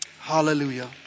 Hallelujah